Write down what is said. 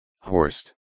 Horst